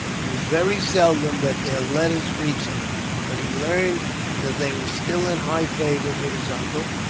it was very seldom that their letters reached him but he learned that they were still in high favour with his uncle,